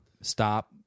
Stop